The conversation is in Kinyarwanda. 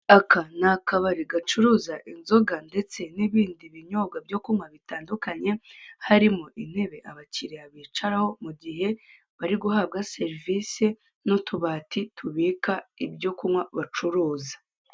Aka ni akabari gacuruza inzoga ndetse n'ibindi binyobwa byo kunywa bitandukanye harimo intebe abakiriya bicaraho mu gihe bari guhabwa serivise n'utubati tubika ibyo bacuruza.